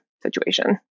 Situation